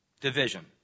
division